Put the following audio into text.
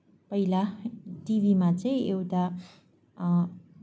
पहिला टिभीमा चाहिँ एउटा